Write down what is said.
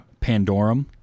Pandorum